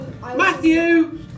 Matthew